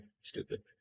Stupid